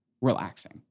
relaxing